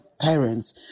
parents